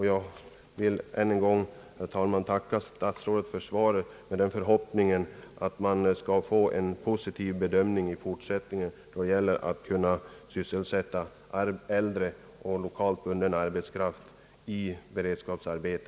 Jag vill ännu en gång, herr talman, tacka herr statsrådet för svaret med den förhoppningen att det i fortsättningen skall bli en positiv bedömning av frågan om sysselsättning av äldre och lokalt bunden arbetskraft i beredskapsarbete.